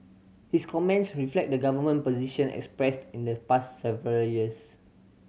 his comments reflect the government position expressed in the past several years